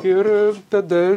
ir tada